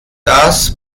das